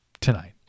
tonight